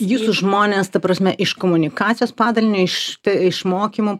jūsų žmonės ta prasme iš komunikacijos padalinio iš iš mokymų